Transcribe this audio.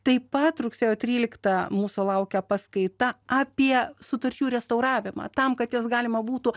taip pat rugsėjo tryliktą mūsų laukia paskaita apie sutarčių restauravimą tam kad jas galima būtų